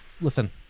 Listen